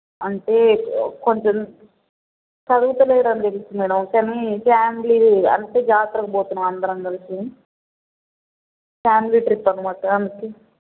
అంటే కొంచెం చదువుతలేడు అని తెలుసు మ్యాడమ్ కానీ ఫ్యామిలీ అంటే జాతరకు పోతున్నాం అందరం కలిసి ఫ్యామిలీ ట్రిప్ అన్నమాట అందుకని